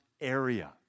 area